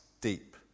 deep